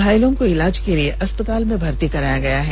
घायलों को इलाज के लिए अस्पताल में भर्त्ती कराया गया है